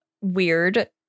Weird